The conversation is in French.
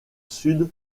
sud